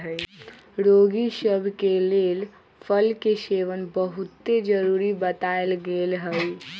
रोगि सभ के लेल फल के सेवन बहुते जरुरी बतायल गेल हइ